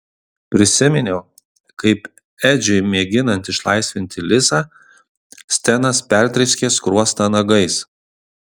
prisiminiau kaip edžiui mėginant išlaisvinti lisą stenas perdrėskė skruostą nagais